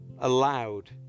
allowed